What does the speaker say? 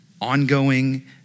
ongoing